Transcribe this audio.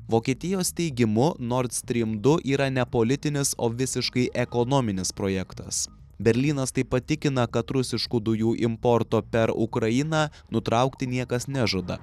vokietijos teigimu nord strim du yra nepolitinis o visiškai ekonominis projektas berlynas tai patikina kad rusiškų dujų importo per ukrainą nutraukti niekas nežada